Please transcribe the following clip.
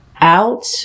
out